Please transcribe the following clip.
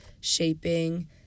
shaping